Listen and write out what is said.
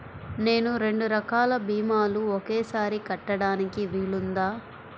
నేను రెండు రకాల భీమాలు ఒకేసారి కట్టడానికి వీలుందా?